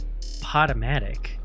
Potomatic